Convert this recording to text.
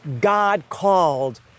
God-called